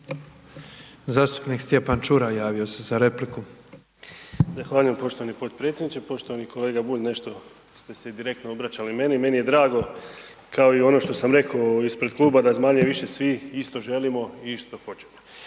Zastupnik Stjepan Čuraj javio se za repliku. **Čuraj, Stjepan (HNS)** Zahvaljujem poštovani potpredsjedniče. Poštovani kolega Bulj, nešto ste se i direktno obraćali meni, meni je drago kao i ono što sam rekao ispred kluba da manje-više svi isto želimo i isto hoćemo